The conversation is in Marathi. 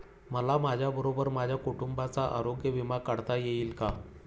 मला माझ्याबरोबर माझ्या कुटुंबाचा आरोग्य विमा काढता येईल का?